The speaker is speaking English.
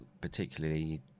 particularly